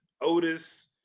Otis